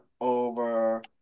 over